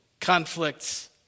conflicts